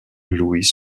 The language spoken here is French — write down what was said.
luis